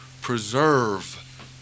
Preserve